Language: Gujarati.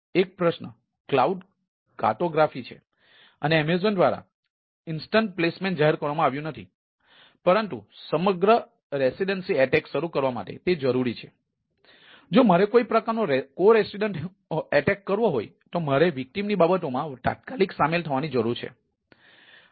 એક પ્રશ્ન ક્લાઉડ કાર્ટોગ્રાફી ની બાબતોમાં તાત્કાલિક સામેલ થવાની જરૂર છે